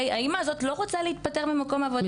האימא הזאת לא רוצה להתפטר ממקום העבודה שלה.